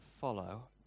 follow